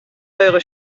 eure